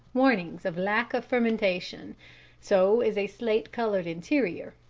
warnings of lack of fermentation so is a slate-coloured interior.